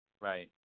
Right